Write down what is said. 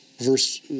verse